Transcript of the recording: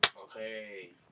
Okay